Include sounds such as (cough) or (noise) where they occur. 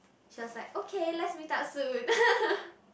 she was like okay let's meet up soon (laughs)